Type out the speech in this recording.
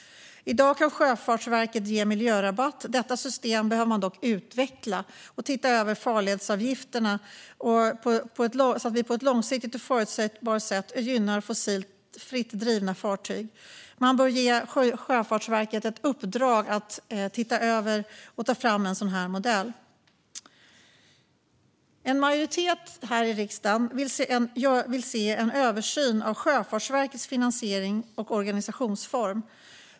I dag kan Sjöfartsverket ge miljörabatt. Man behöver dock utveckla detta system och se över farledsavgifterna så att man på ett långsiktigt och förutsägbart sätt gynnar fossilfritt drivna fartyg. Regeringen bör ge Sjöfartsverket i uppdrag att ta fram en sådan modell. En majoritet här i riksdagen vill se en översyn av Sjöfartsverkets finansiering och organisationsform.